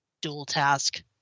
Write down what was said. dual-task